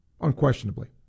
Unquestionably